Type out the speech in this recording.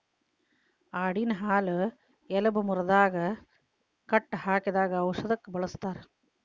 ಆಡಿನ ಹಾಲು ಎಲಬ ಮುರದಾಗ ಕಟ್ಟ ಹಾಕಿದಾಗ ಔಷದಕ್ಕ ಬಳಸ್ತಾರ